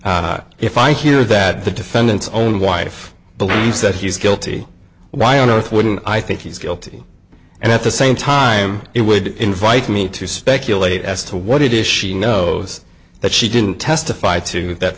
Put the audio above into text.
if i hear that the defendant's own wife believes that he's guilty why on earth wouldn't i think he's guilty and at the same time it would invite me to speculate as to what it is she knows that she didn't testify to that